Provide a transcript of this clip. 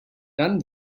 dann